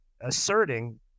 asserting